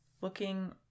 looking